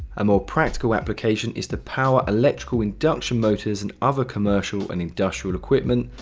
a more practical application is the power electrical induction motors and other commercial and industrial equipment,